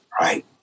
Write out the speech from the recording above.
right